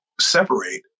separate